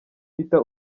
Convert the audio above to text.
peter